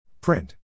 Print